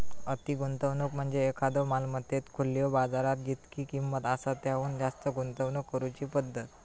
अति गुंतवणूक म्हणजे एखाद्यो मालमत्तेत खुल्यो बाजारात जितकी किंमत आसा त्याहुन जास्त गुंतवणूक करुची पद्धत